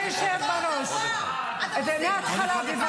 אני יודעת, את רואה אותי ויש לך חררה.